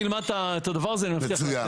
אני אלמד את הדבר הזה ואני מבטיח שאתן תשובה.